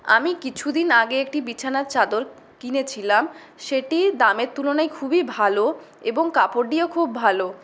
আমি কিছুদিন আগে একটি বিছানার চাদর কিনেছিলাম সেটি দামের তুলনায় খুবই ভালো এবং কাপড়টিও খুব ভালো